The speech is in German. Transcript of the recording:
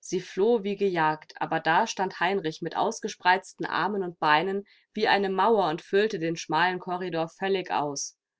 sie floh wie gejagt aber da stand heinrich mit ausgespreizten armen und beinen wie eine mauer und füllte den schmalen korridor völlig aus